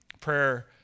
Prayer